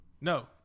No